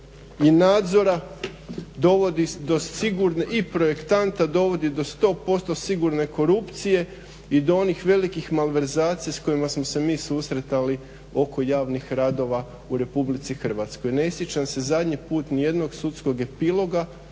i nadzora dovodi i projektanta dovodi do 100% sigurne korupcije i do onih velikih malverzacija s kojima smo se mi susretali oko javnih radova u RH. ne sjećam se zadnji put nijednog sudskog epiloga